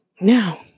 now